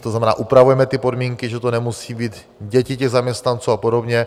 To znamená, upravujeme podmínky, že to nemusejí být děti zaměstnanců a podobně.